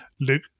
Luke